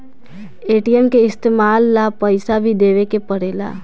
ATM के इस्तमाल ला पइसा भी देवे के पड़ेला